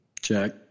Check